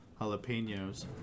jalapenos